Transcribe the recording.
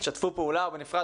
שתפו פעולה או בנפרד